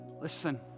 Listen